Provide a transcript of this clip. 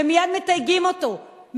ומייד מתייגים אותו,